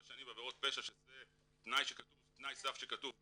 שנים בעבירות פשע שזה תנאי סף שכתוב בחוק,